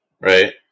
Right